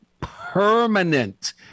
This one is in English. permanent